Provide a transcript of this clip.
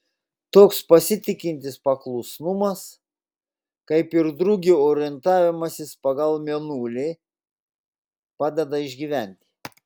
toks pasitikintis paklusnumas kaip ir drugio orientavimasis pagal mėnulį padeda išgyventi